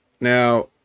now